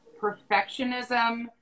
perfectionism